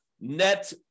net